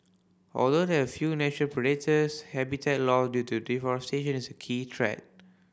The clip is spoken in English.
although they have few natural predators habitat loss due to deforestation is a key threat